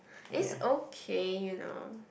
is okay you know